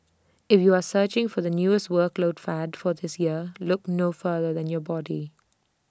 if you are searching for the newest workout fad for this year look no further than your body